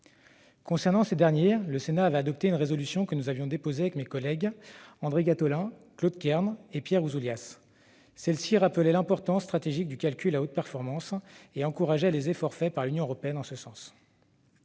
Concernant ces derniers, le Sénat avait adopté une résolution, que nous avions déposée avec mes collègues André Gattolin, Claude Kern et Pierre Ouzoulias. Celle-ci rappelait l'importance stratégique du calcul à haute performance et encourageait les efforts faits par l'Union européenne en ce sens.